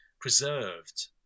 preserved